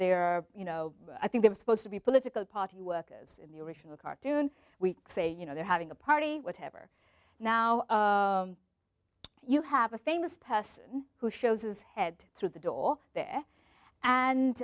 there you know i think they were supposed to be political party workers in the original cartoon we say you know they're having a party whatever now you have a famous person who shows his head through the door